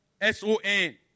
S-O-N